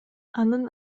анын